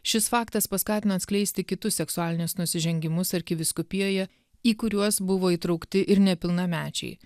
šis faktas paskatino atskleisti kitus seksualinius nusižengimus arkivyskupijoje į kuriuos buvo įtraukti ir nepilnamečiai